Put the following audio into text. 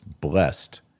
blessed